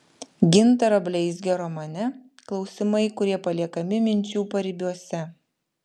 gintaro bleizgio romane klausimai kurie paliekami minčių paribiuose